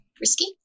Risky